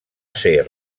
ser